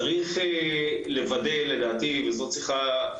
לדעתי צריכה להיות